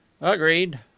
Agreed